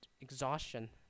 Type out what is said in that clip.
exhaustion